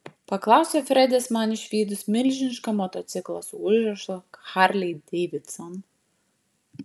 paklausė fredis man išvydus milžinišką motociklą su užrašu harley davidson